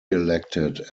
elected